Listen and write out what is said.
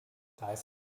dies